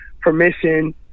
permission